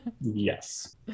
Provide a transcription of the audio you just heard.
Yes